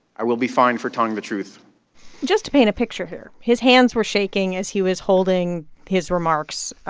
i will be fine for telling the truth just to paint a picture here his hands were shaking as he was holding his remarks,